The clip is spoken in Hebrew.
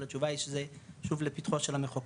אז התשובה היא שוב שזה לפתחו של המחוקק.